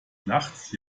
nachts